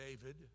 David